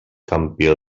campió